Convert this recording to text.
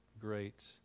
great